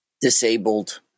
disabled